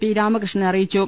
P Ramakrishnan അറിയിച്ചു